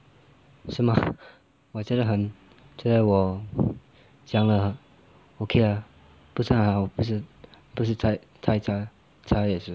是吗我觉得很觉得我讲的 okay 啦不是很好不是不是太太差差也是